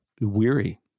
weary